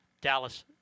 Dallas –